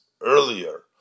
earlier